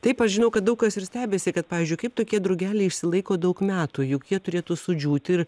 taip aš žinau kad daug kas ir stebisi kad pavyzdžiui kaip tokie drugeliai išsilaiko daug metų juk jie turėtų sudžiūti ir